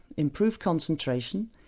improved concentration,